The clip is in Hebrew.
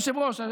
היושב-ראש,